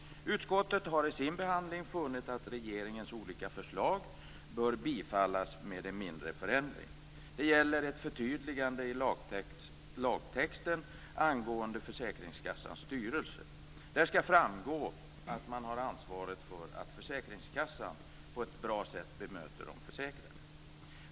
Utskottet har vid sin behandling funnit att regeringens olika förslag bör bifallas med en mindre förändring. Det gäller ett förtydligande i lagtexten angående försäkringskassans styrelse. Där skall framgå att man har ansvaret för att försäkringskassan på ett bra sätt bemöter de försäkrade.